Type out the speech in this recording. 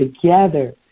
together